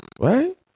Right